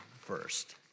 first